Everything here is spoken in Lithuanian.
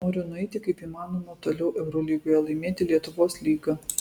noriu nueiti kaip įmanoma toliau eurolygoje laimėti lietuvos lygą